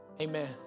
amen